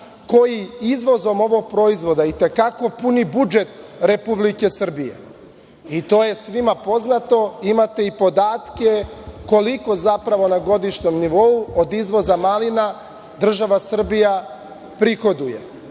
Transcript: koji izvozom ovog proizvoda i te kako puni budžet Republike Srbije. To je svima poznato. Imate i podatke koliko zapravo na godišnjem nivou od izvoza malina država Srbija prihoduje. Ono